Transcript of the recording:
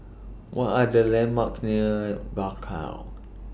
What Are The landmarks near Bakau